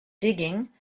digging